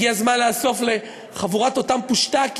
הגיע הזמן לעשות סוף לחבורת אותם פושטקים